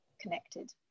connected